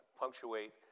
punctuate